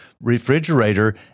refrigerator